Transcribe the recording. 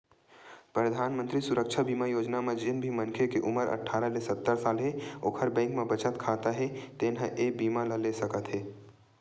परधानमंतरी सुरक्छा बीमा योजना म जेन भी मनखे के उमर अठारह ले सत्तर साल हे ओखर बैंक म बचत खाता हे तेन ह ए बीमा ल ले सकत हे